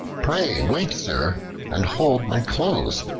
pray wait, sir, and hold my clothes,